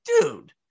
dude